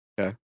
Okay